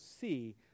see